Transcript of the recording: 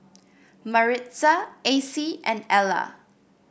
Maritza Acie and Ela